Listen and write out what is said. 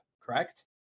correct